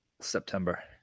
September